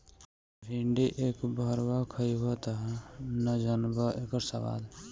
भिन्डी एक भरवा खइब तब न जनबअ इकर स्वाद